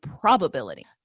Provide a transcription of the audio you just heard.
probability